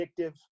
addictive